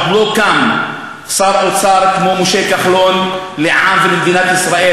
עוד לא קם שר אוצר כמו משה כחלון לעם ולמדינת ישראל,